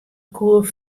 koe